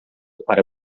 para